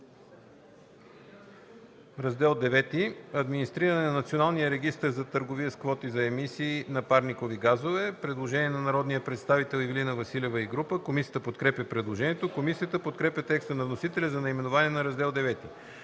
„Раздел ІХ – Администриране на националния регистър за търговия с квоти за емисии на парникови газове”. Предложение на народния представител Ивелина Василева и група народни представители. Комисията подкрепя предложението. Комисията подкрепя текста на вносителя за наименованието на Раздел ІХ.